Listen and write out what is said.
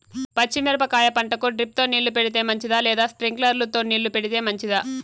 పచ్చి మిరపకాయ పంటకు డ్రిప్ తో నీళ్లు పెడితే మంచిదా లేదా స్ప్రింక్లర్లు తో నీళ్లు పెడితే మంచిదా?